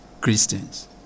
Christians